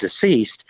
deceased